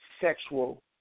sexual